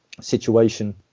situation